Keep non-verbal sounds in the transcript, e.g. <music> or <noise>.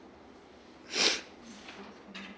<breath>